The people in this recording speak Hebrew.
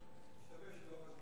השתבש לוח הזמנים.